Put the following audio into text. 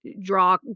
draw